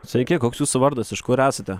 sveiki koks jūsų vardas iš kur esate